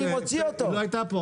אני מוציא אותו.